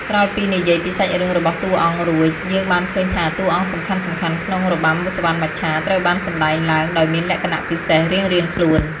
ក្រោយពីនិយាយពីសាច់រឿងរបស់តួអង្គរួច យើងបានឃើញថាតួអង្គសំខាន់ៗក្នុងរបាំសុវណ្ណមច្ឆាត្រូវបានសម្ដែងឡើងដោយមានលក្ខណៈពិសេសរៀងៗខ្លួន។